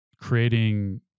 creating